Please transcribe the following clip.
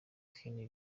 henry